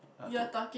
I told